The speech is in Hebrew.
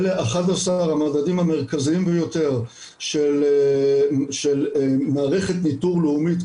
אלה 11 המדדים המרכזיים ביותר של מערכת ניטור לאומית,